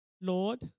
Lord